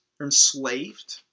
enslaved